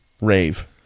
Rave